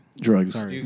drugs